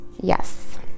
Yes